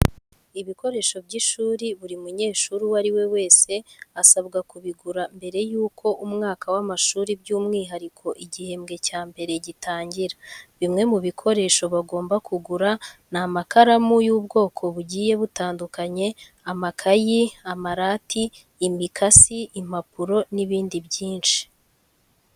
Ibikoresho by'ishuri buri munyeshuri uwo ari we wese asabwa kubigura mbere yuko umwaka w'amashuri by'umwuhariko igihembwe cya mbere gitangira. Bimwe mu bikoresho bagomba kugura ni amakaramu y'ubwoko bugiye butandukanye, amakayi, amarati, imikasi, impapuro n'ibindi byinshi.